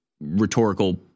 rhetorical